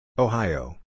Ohio